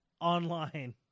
online